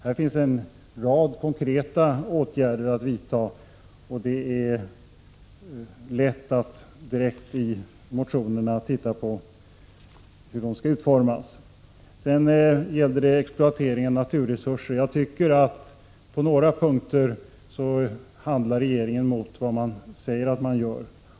Här föreslår vi en rad konkreta åtgärder, som man lätt kan se i våra motioner. När det gäller exploateringen av naturresurser tycker jag att regeringen på några punkter handlar tvärtemot vad den säger sig göra.